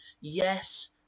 Yes